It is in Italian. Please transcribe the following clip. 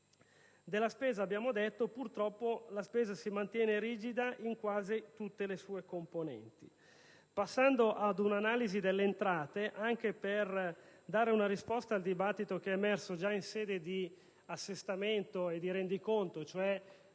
Della spesa abbiamo detto: purtroppo questa si mantiene rigida in quasi tutte le sue componenti. Passando ad un'analisi delle entrate, anche per dare una risposta al dibattito emerso già in sede di assestamento e di rendiconto su una presunta